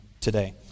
today